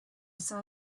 saw